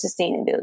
sustainability